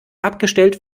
abgestellt